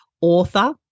author